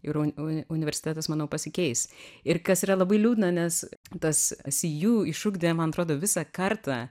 ir un uni universitetas manau pasikeis ir kas yra labai liūdna nes tas see you išugdė man atrodo visą kartą